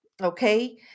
okay